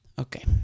Okay